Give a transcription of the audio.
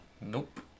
Nope